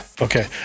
Okay